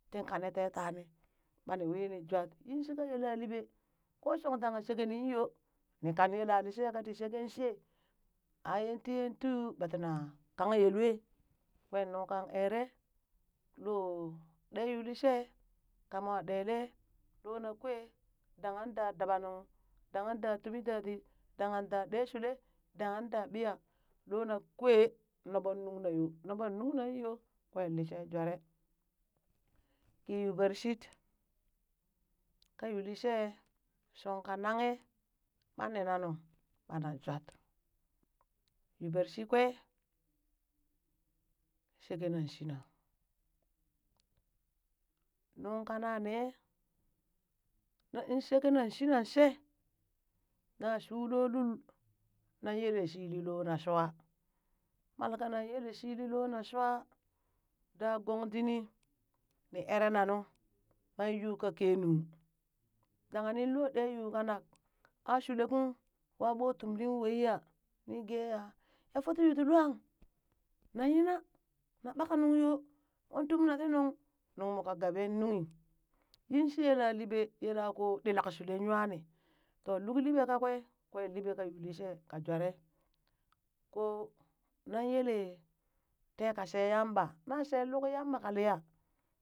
Tin kanee tee tanii, ɓani wiini jwat yinshika yela liɓe, ko dangha sheke nin yoo, ni kan yelalishee ka ti sheken shee, aa tiyen tuu yuu ɓa tinan kanghe lue, kwee nuŋg kan eree loo ɗee yuulishee ka moo ɗelee loona kwee, dangha da dabanung danghan daa ɗee shulee dangha daa ɓiya, loo na kwee noɓoon nuŋ na yoo, noɓon nung nan yo, kwee liishee jwaree. Ki yuu bershit kaa yuulishee shong ka nanghe banena nu ɓana jwat, yuubershit kwe sheke nan shina, nuŋ kana nee in sheeken shinan nan she, na shuu loo lul, nan yele shili lona shwaa, mal kanan yelee shili loo na shwaa, daa gong dini ni eree na nu, kwee yuu ka kenung, dang nin loo ɗee yuu kanak aa shulee kung wa ɓoo tumlin weiya, nii gee a ya footi yuuti lwan na nyina na ɓaka nuŋ yoo, moon tum na ti nuŋ nuŋ moo ka gabeen nunghi, in shii yalaliɓee, yelaa koo ɗilak shulee nywani, to luk liɓee kakwee kwen liɓe ka yuulishe ka jwaree, ko, nan yele tee ka she yamba na she luk yamba kaliya.